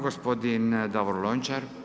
Gospodin Davor Lončar.